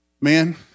Man